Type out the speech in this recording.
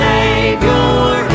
Savior